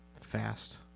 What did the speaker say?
fast